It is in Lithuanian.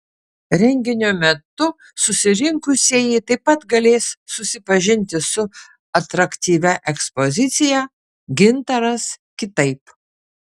renginio metu susirinkusieji taip pat galės susipažinti su atraktyvia ekspozicija gintaras kitaip